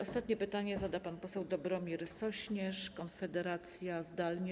Ostatnie pytanie zada pan poseł Dobromir Sośnierz, Konfederacja, zdalnie.